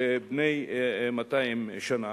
בני 200 שנה.